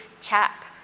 chap